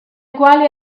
quali